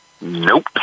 Nope